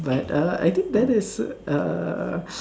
but uh I think that is err